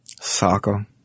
soccer